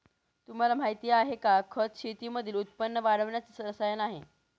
तुम्हाला माहिती आहे का? खत शेतीमधील उत्पन्न वाढवण्याच रसायन आहे